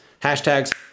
Hashtags